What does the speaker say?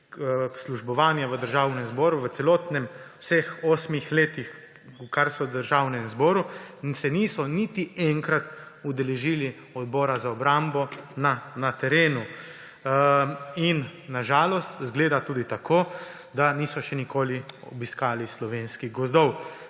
službovanja v Državnem zboru, v celotnih vseh osmih letih, odkar so v Državnem zboru, se niso niti enkrat udeležili Odbora za obrambo na terenu; in na žalost, izgleda tudi tako, da niso še nikoli obiskali slovenskih gozdov.